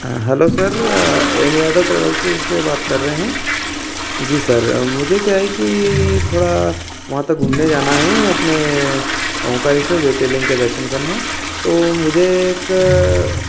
hello sir M Yadav travels से बात कर रहे हैं जी सर मुझे क्या है कि थोड़ा वहाँ तक घूमने जाना है अपने ओंकारेश्वर ज्योतिर्लिंग के दर्शन करने तो मुझे एक